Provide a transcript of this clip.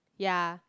ya